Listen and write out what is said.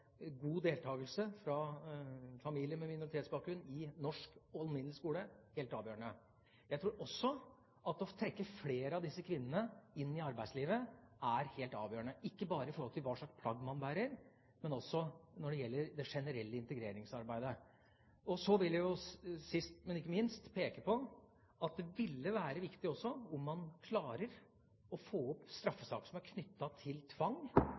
god deltakelse fra familier med minoritetsbakgrunn i norsk alminnelig skole – er helt avgjørende. Jeg tror også at å trekke flere av disse kvinnene inn i arbeidslivet er helt avgjørende, ikke bare i forhold til hva slags plagg man bærer, men også når det gjelder det generelle integreringsarbeidet. Så vil jeg – sist, men ikke minst – peke på at det ville være viktig om man også klarer å få opp straffesaker som er knyttet til menn som bruker tvang